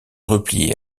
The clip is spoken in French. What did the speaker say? replier